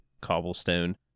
cobblestone